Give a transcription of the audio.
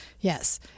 Yes